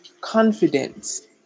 confidence